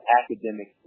academic